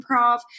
improv